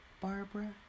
Barbara